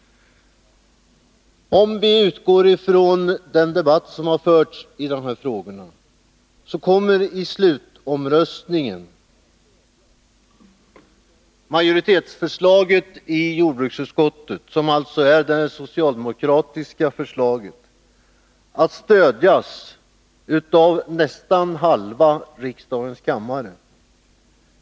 Om vi utgår från den debatt som har förts i dessa frågor finner vi att vid slutomröstningen majoritetsförslaget i jordbruksutskottet, som alltså är det socialdemokratiska förslaget, kommer att stödjas av nästan halva antalet ledamöter i kammaren.